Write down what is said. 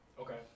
Okay